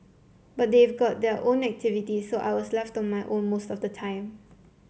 but they've got their own activities so I was left on my own most of the time